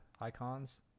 icons